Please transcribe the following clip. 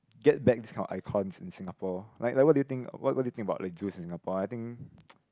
get back this kind of icons in Singapore like what what what do you think what what do you think about the zoos in Singapore I think